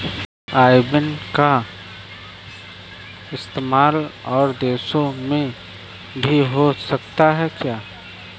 आई ban का इस्तेमाल और देशों में भी हो सकता है क्या?